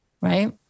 right